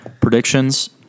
Predictions